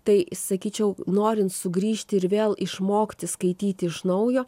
tai sakyčiau norint sugrįžti ir vėl išmokti skaityti iš naujo